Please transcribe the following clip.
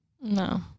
No